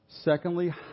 Secondly